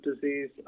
Disease